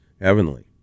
heavenly